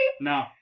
No